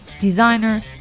designer